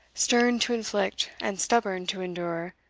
stern to inflict, and stubborn to endure,